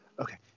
okay